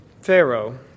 Pharaoh